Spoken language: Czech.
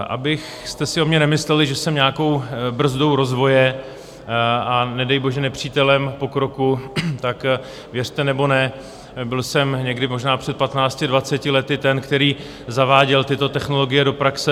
Abyste si o mně nemysleli, že jsem nějakou brzdou rozvoje a nedej bože nepřítelem pokroku, tak věřte nebo ne, byl jsem někdy možná před patnácti, dvaceti lety ten, který zaváděl tyto technologie do praxe.